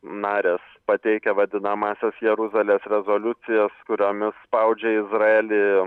narės pateikia vadinamąsias jeruzalės rezoliucijas kuriomis spaudžia izraelį